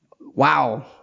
Wow